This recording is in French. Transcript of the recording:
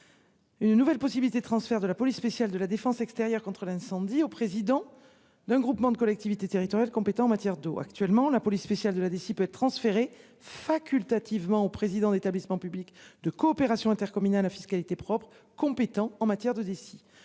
Une nouvelle possibilité, transfert de la police spéciale de la défense extérieure contre l'incendie au président d'un groupement de collectivités territoriales, compétents en matière d'eau actuellement la police spéciale de la dissiper transféré facultative ment aux présidents d'établissements publics de coopération intercommunale à fiscalité propre compétent en matière de d'ici